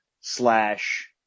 slash